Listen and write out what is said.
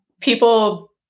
people